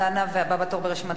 והבא בתור ברשימת הדוברים,